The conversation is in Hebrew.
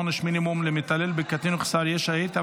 עונש מינימום למתעלל בקטין או חסר ישע),